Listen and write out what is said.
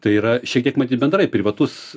tai yra šiek tiek matyt bendrai privatus